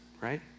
right